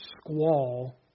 squall